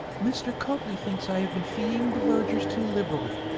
mr. copley thinks i have been feeing the vergers too liberally,